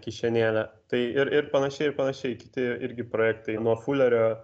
kišenėlę tai ir ir panašiai ir panašiai kiti irgi projektai nuo fulerio